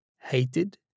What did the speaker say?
Hated